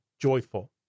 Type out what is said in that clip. joyful